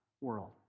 world